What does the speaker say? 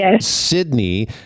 Sydney